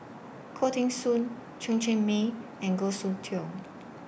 Khoo Teng Soon Chen Cheng Mei and Goh Soon Tioe